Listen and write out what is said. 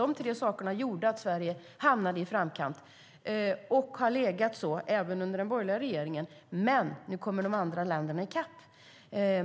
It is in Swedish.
De tre sakerna gjorde att Sverige hamnade i framkant och har legat där även under den borgerliga regeringen. Men nu kommer de andra länderna i kapp.